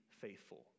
faithful